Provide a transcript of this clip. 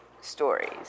stories